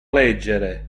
leggere